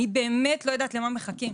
אני באמת לא יודעת למה מחכים.